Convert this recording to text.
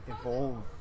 evolve